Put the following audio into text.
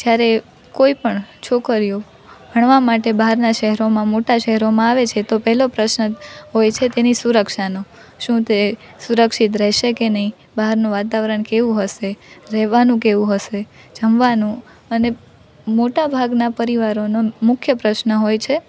જ્યારે કોઈપણ છોકરીઓ ભણવા માટે બહારના શહેરોમાં મોટા શહેરોમાં આવે છે તો પહેલો પ્રશ્ન હોય છે તેની સુરક્ષાનો શું તે સુરક્ષિત રહેશે કે નહીં બહારનું વાતાવરણ કેવું હશે રહેવાનું કેવું હશે જમવાનું અને મોટા ભાગના પરિવારોનો મુખ્ય પ્રશ્ન હોય છે